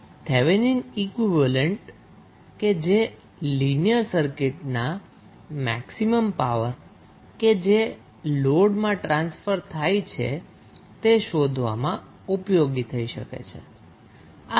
તેથી Thevenin equality કે જે લીનિયર સર્કિટના મેક્સિમમપાવર કે જે લોડ માં ટ્રાન્સફર થાય છે તે શોધવામાં ઉપયોગી થઈ શકે છે